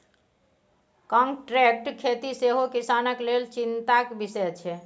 contract खेती सेहो किसानक लेल चिंताक बिषय छै